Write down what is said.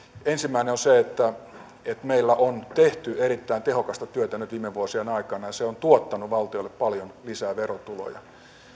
ensimmäinen on se että meillä on tehty erittäin tehokasta työtä nyt viime vuosien aikana ja se on tuottanut valtiolle paljon lisää verotuloja